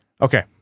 Okay